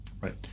right